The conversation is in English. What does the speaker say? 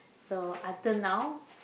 so until now